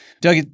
Doug